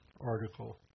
article